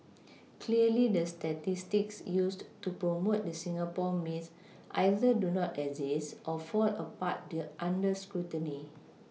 clearly the statistics used to promote the Singapore myth either do not exist or fall apart under scrutiny